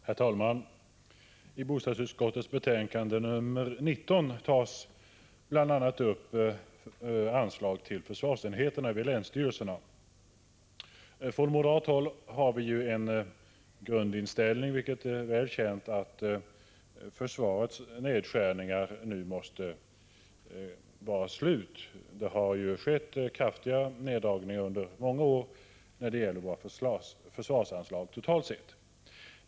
Herr talman! I bostadsutskottets betänkande nr 19 tas bl.a. upp frågan om anslag till försvarsenheterna vid länsstyrelserna. På moderat håll har vi den grundinställningen — vilket är väl känt — att försvarets nedskärningar nu måste vara slut. Det har ju skett kraftiga neddragningar under många år när det gäller våra försvarsanslag totalt sett.